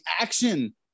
action